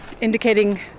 indicating